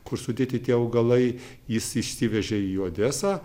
kur sudėti tie augalai jis išsivežė į odesą